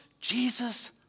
Jesus